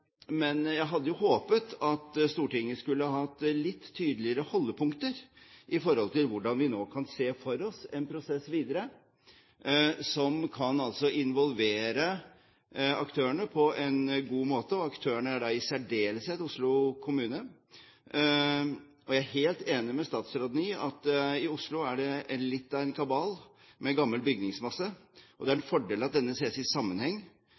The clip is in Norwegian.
jeg hadde håpet at Stortinget skulle hatt litt tydeligere holdepunkter til hvordan vi nå kan se for oss en prosess videre, som kan involvere aktørene på en god måte. Og aktørene er da i særdeleshet Oslo kommune. Jeg er helt enig med statsråden i at i Oslo er det litt av en kabal med gammel bygningsmasse. Det er en fordel at denne ses i sammenheng.